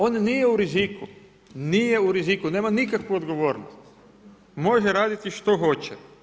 Oni nije u riziku, nije u riziku, nema nikakvu odgovornost, može raditi što hoće.